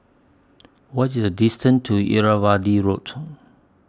What IS The distance to Irrawaddy Road